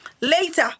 Later